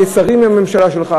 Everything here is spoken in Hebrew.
על-ידי שרים מהממשלה שלך,